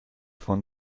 von